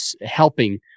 helping